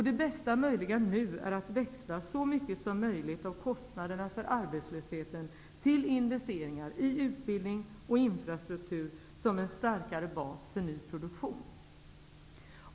Det bästa möjliga nu är att växla så mycket som möjligt av kostnaderna för arbetslösheten till investeringar i utbildning och till infrastruktur som en starkare bas för ny produktion.